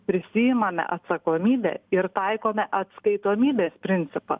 prisiimame atsakomybę ir taikome atskaitomybės principą